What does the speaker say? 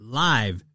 live